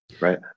right